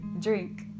Drink